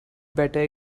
better